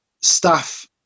staff